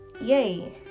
yay